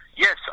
Yes